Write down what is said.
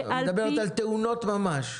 את מדברת על תאונות ממש.